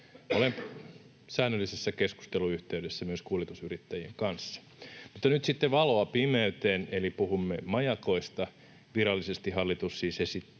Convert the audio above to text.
olen säännöllisessä keskusteluyhteydessä myös kuljetusyrittäjien kanssa. Mutta nyt sitten valoa pimeyteen, eli puhumme majakoista. Virallisesti hallitus siis esittää,